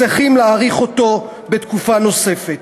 צריכים להאריך אותו בתקופה נוספת.